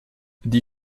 die